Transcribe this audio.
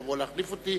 יבוא להחליף אותי.